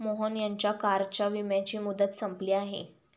मोहन यांच्या कारच्या विम्याची मुदत संपली आहे